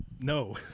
no